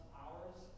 hours